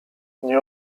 nie